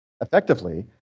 effectively